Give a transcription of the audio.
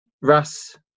russ